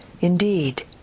indeed